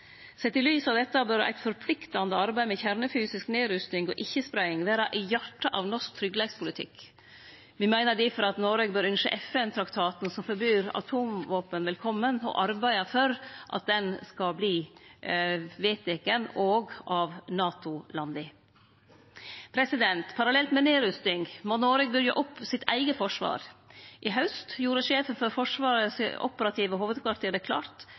Sett i lys av det bør eit forpliktande arbeid med kjernefysisk nedrusting og ikkje-spreiing vere i hjartet av norsk tryggleikspolitikk. Me meiner difor at Noreg bør ynskje FN-traktaten som forbyr atomvåpen, velkomen, og arbeide for at han skal verte vedteken òg av NATO-landa. Parallelt med nedrusting må Noreg byggje opp sitt eige forsvar. I haust gjorde sjefen for Forsvarets operative hovudkvarter det klart